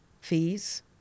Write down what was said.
Fees